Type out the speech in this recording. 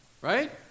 Right